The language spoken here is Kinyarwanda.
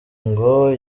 ngo